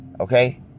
Okay